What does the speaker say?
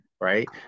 Right